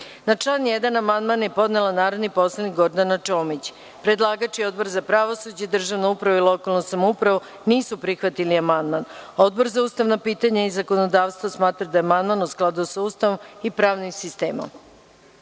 član 1. amandman je podnela narodni poslanik Gordana Čomić. Predlagač i Odbor za pravosuđe, državnu upravu i lokalnu samoupravu nisu prihvatili amandman. Odbor za ustavna pitanja i zakonodavstvo smatra da je amandman u skladu sa Ustavom i pravnim sistemom. Reč